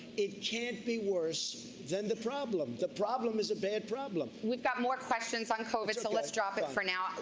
it can't be worse than the problem. the problem is a bad problem. we've got more questions on covid so let's drop it for now.